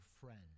friend